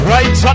Right